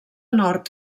nord